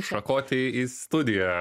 šakotį į studiją